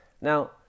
Now